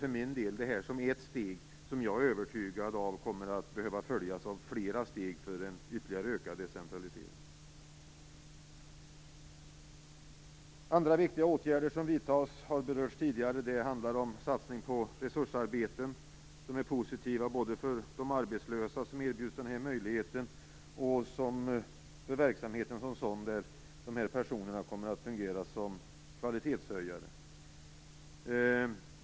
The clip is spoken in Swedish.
För min del ser jag detta som ett steg som jag är övertygad om kommer att behöva följas av fler steg för en ytterligare ökad decentralisering. Andra viktiga åtgärder som vidtas har berörts tidigare. Det handlar om satsning på resursarbeten, vilket är positivt både för de arbetslösa som erbjuds möjligheten och för verksamheten som sådan där de här personerna kommer att fungera som kvalitetshöjare.